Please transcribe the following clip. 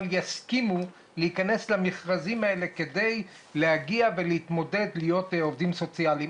יסכימו להיכנס למכרזים האלה כדי להתמודד ולהיות עובדים סוציאליים.